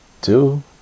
Two